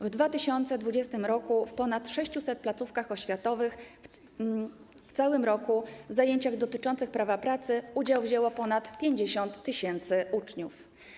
W 2020 r. w ponad 600 placówkach oświatowych w trakcie całego roku w zajęciach dotyczących prawa pracy udział wzięło ponad 50 tys. uczniów.